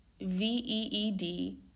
V-E-E-D